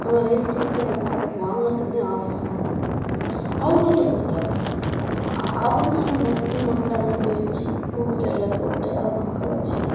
அந்த வேஸ்ட்டேஜை அது அதை வாங்கிறதுக்குனே ஆள் வராங்க அவங்கள்கிட்ட கொடுத்தர்லாம் அவங்க அதை மக்கும் மக்காதுன்னு பிரித்து பூமிக்கு அடியில் போட்டு அதை மக்க வச்சு